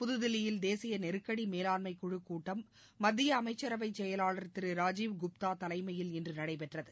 புதுதில்லியில் தேசிய நெருக்கடி மேலாண்மை குழுக் கூட்டம் மத்திய அமைச்சரவைச் செயலாளர் திரு ராஜீவ் குப்தா தலைமையில் இன்று நடைபெற்றது